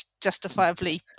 justifiably